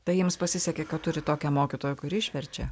tai jiems pasisekė kad turi tokią mokytoją kuri išverčia